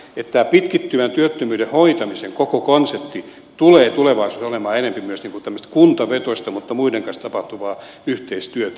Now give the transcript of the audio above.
niin että tämä pitkittyvän työttömyyden hoitamisen koko konsepti tulee tulevaisuudessa olemaan enempi myös tämmöistä kuntavetoista mutta muiden kanssa tapahtuvaa yhteistyötä